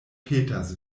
petas